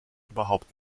überhaupt